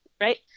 right